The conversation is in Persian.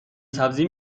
سبزی